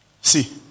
see